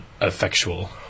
effectual